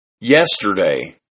yesterday